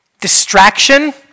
Distraction